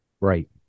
right